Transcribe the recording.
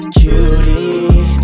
cutie